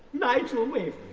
nigel wavering,